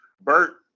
Bert